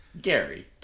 Gary